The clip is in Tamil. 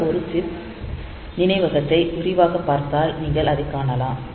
இந்த ஒரு சிப் நினைவகத்தை விரிவாகப் பார்த்தால் நீங்கள் அதைக் காணலாம்